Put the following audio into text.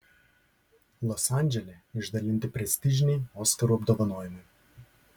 los andžele išdalinti prestižiniai oskarų apdovanojimai